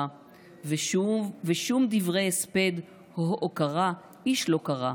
/ ושום דברי הספד או הוקרה איש לא קרא,